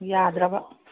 ꯌꯥꯗ꯭ꯔꯕ